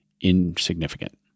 insignificant